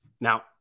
Now